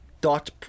dot